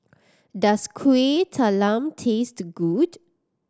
does Kuih Talam taste good